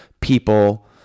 people